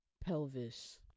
pelvis